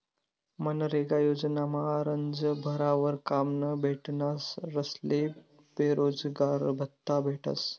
मनरेगा योजनामा आरजं भरावर काम न भेटनारस्ले बेरोजगारभत्त्ता भेटस